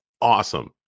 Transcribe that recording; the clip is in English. awesome